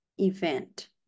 event